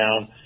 down